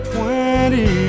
Twenty